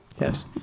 Yes